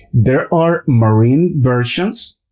there are marine versions.